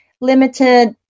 limited